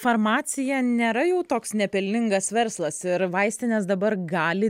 farmacija nėra jau toks nepelningas verslas ir vaistinės dabar gali